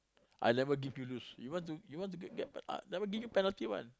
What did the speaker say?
I never give you lose you want to you want to get get uh never give you penalty one